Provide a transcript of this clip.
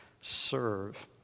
serve